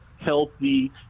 healthy